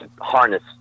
harness